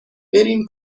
بریم